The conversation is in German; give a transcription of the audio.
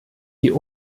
die